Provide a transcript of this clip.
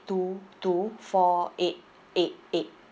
two two four eight eight eight